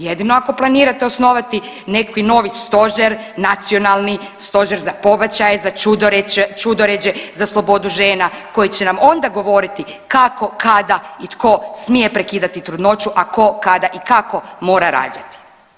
Jedino ako planirate osnovati neki novi stožer, nacionalne, stožer za pobačaje, za ćudoređe, za slobodu žena koji će nam onda govoriti kako, kada i tko smije prekidati trudnoću, a tko, kada i kako mora rađati.